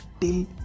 till